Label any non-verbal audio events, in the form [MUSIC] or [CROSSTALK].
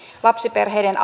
lapsiperheiden [UNINTELLIGIBLE]